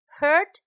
hurt